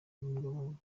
ubumuga